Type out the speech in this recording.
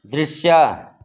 दृश्य